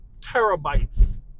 terabytes